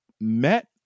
met